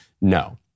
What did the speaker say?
No